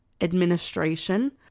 administration